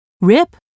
rip